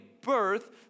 birth